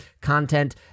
content